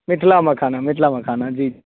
Mithila makhana Mithila makhana जी